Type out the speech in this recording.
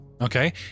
okay